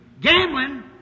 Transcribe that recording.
gambling